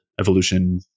evolution